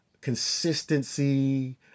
consistency